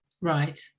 right